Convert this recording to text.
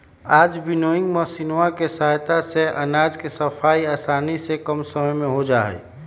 आज विन्नोइंग मशीनवा के सहायता से अनाज के सफाई आसानी से कम समय में हो जाहई